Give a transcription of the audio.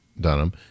Dunham